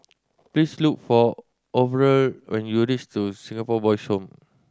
please look for Orval when you reach to Singapore Boys' Home